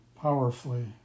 powerfully